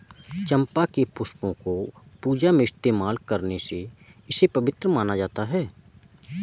चंपा के पुष्पों को पूजा में इस्तेमाल करने से इसे पवित्र माना जाता